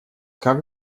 как